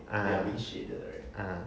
ah ah